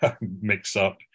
mix-up